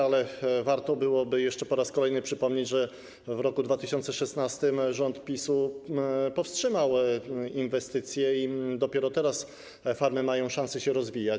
Ale warto byłoby jeszcze po raz kolejny przypomnieć, że w roku 2016 rząd PiS-u powstrzymał inwestycje i dopiero teraz farmy mają szansę się rozwijać.